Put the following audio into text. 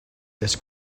this